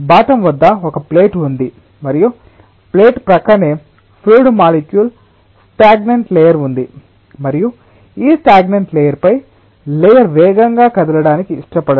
bottom వద్ద ఒక plate ఉంది మరియు ప్లేట్ల ప్రక్కనే ఫ్లూయిడ్ మాలిక్యుల్ స్టాగ్నెన్ట్ లేయర్ ఉంది మరియు ఈ స్టాగ్నెన్ట్ లేయర్ పై లేయర్ వేగంగా కదలడానికి ఇష్టపడదు